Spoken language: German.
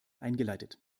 eingeleitet